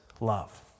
love